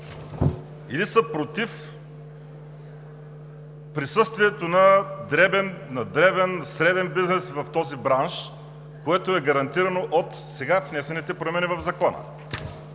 или са против присъствието на дребен, среден бизнес в този бранш, което е гарантирано от сега внесените промени в Закона.